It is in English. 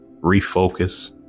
refocus